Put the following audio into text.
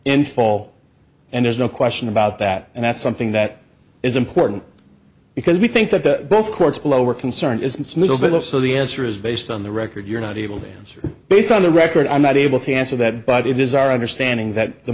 in fall and there's no question about that and that's something that is important because we think that the best courts below are concerned isn't smooth a little so the answer is based on the record you're not able to answer based on the record i'm not able to answer that but it is our understanding that the